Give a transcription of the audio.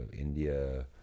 India